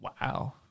Wow